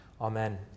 Amen